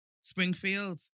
Springfield